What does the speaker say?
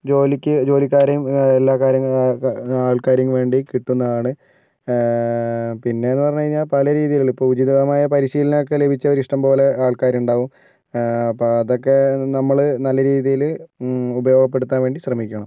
ജോലിക്ക് ജോലിക്കാരെയും എല്ലാ കാര്യങ്ങ ആൾക്കാരെയും വേണ്ടി കിട്ടുന്നതാണ് പിന്നെയെന്ന് പറഞ്ഞ് കഴിഞ്ഞാൽ പലരീതികളിലും ഇപ്പോൾ ഉചിതമായ പരിശീലനമൊക്കെ ലഭിച്ചവർ ഇഷ്ടംപോലെ ആൾക്കാരുണ്ടാകും അപ്പോൾ അതൊക്കെ നമ്മൾ നല്ല രീതിയിൽ ഉപയോഗപ്പെടുത്താൻ വേണ്ടി ശ്രമിക്കണം